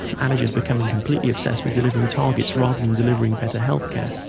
managers becoming completely obsessed with delivering targets, rather than delivering better health care.